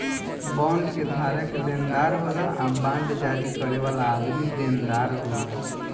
bond के धारक लेनदार होला आ बांड जारी करे वाला आदमी देनदार होला